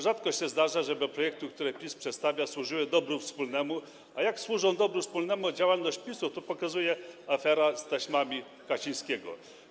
Rzadko się zdarza, żeby projekty, które PiS przedstawia, służyły dobru wspólnemu, a jak służy dobru wspólnemu działalność PiS-u, pokazuje afera z taśmami Kaczyńskiego.